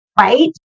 Right